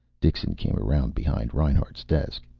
dixon came around behind reinhart's desk.